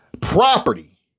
Property